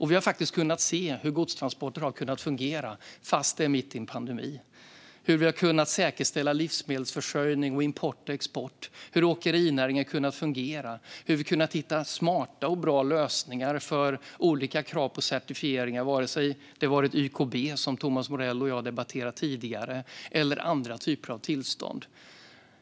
Vi har sett hur godstransporter har kunnat fungera fast vi är mitt i en pandemi, hur vi har kunnat säkerställa livsmedelsförsörjning och import och export, hur åkerinäringen har kunnat fungera, hur vi har kunnat hitta smarta och bra lösningar för olika krav på certifieringar, vare sig det varit YKB, som Thomas Morell och jag har debatterat tidigare, eller andra typer av tillstånd.